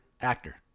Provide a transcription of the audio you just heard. Actor